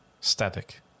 static